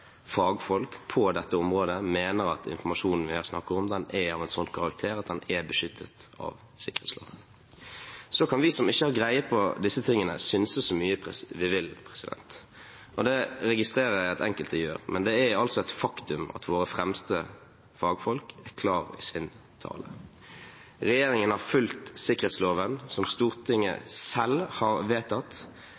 fagfolk på dette området mener at informasjonen vi her snakker om, er av en slik karakter at den er beskyttet av sikkerhetsloven. Så kan vi som ikke har greie på disse tingene, synse så mye vi vil, og det registrerer jeg at enkelte gjør, men det er altså et faktum at våre fremste fagfolk er klare i sin tale. Regjeringen har fulgt sikkerhetsloven, som Stortinget